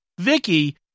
Vicky